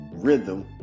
rhythm